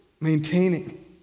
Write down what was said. maintaining